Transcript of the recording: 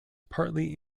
partly